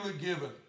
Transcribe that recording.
given